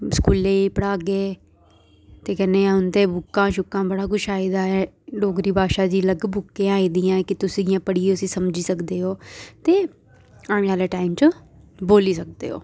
स्कूलें गी पढ़ागे ते कन्नै उं'दे बुक्कां शुक्कां बड़ा कुछ आई गेदा ऐ डोगरी भाशा दी अलग बुक्कें आई दियां कि तुस इ'यां पढ़ियै उसी समझी सकदे ओ ते आने आह्ले टाइम च बोली सकदे ओ